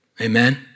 Amen